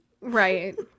Right